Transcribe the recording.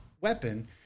weapon